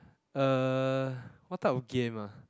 uh what type of game ah